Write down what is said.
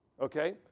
Okay